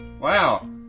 wow